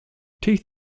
teeth